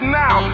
now